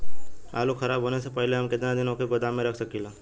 आलूखराब होने से पहले हम केतना दिन वोके गोदाम में रख सकिला?